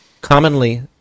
commonly